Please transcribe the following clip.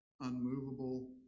unmovable